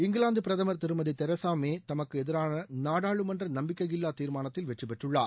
இங்கிலாந்து பிரதமர் திருமதி Theresa May தமக்கு எதிரான நாடாளுமன்ற நம்பிக்கையில்லா தீர்மானத்தில் வெற்றிபெற்றுள்ளார்